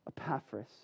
Epaphras